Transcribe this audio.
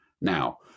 Now